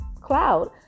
cloud